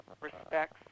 respects